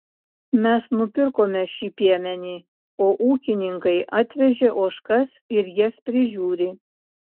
mes nupirkome šį piemenį o ūkininkai atvežė ožkas ir jas prižiūri